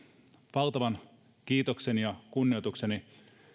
valtavan kiitokseni ja kunnioitukseni